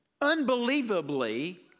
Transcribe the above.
unbelievably